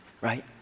right